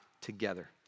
together